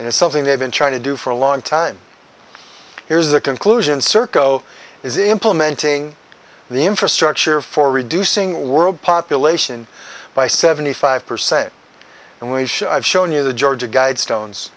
and it's something they've been trying to do for a long time here's the conclusion serco is implementing the infrastructure for reducing world population by seventy five percent and we should have shown you the georgia guidestones